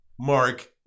Mark